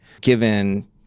given